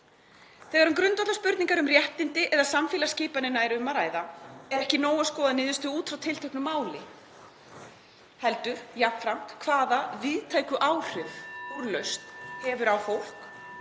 Þegar um grundvallarspurningar um réttindi eða samfélagsskipanina er að ræða er ekki nóg að skoða niðurstöðu út frá tilteknu máli heldur jafnframt hvaða víðtæku áhrif úrlausn hefur á fólk,